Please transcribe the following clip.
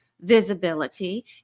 visibility